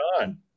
on